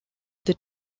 that